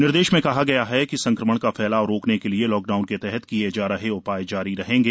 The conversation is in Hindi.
निर्देश में कहा गया है कि संक्रमण का फैलाव रोकने के लिए लॉकडाउन के तहत किए जा रहे उपाय जारी रहेंगे